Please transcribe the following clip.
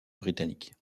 britannique